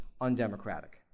undemocratic